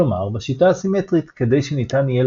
כלומר בשיטה הסימטרית כדי שניתן יהיה